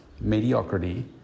mediocrity